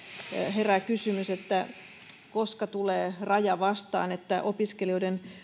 herää kysymys koska tulee raja vastaan että opiskelijoiden